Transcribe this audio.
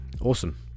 Awesome